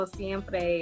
siempre